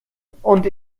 und